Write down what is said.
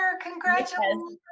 congratulations